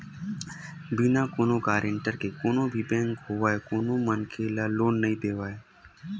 बिना कोनो गारेंटर के कोनो भी बेंक होवय कोनो मनखे ल लोन नइ देवय